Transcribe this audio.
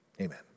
amen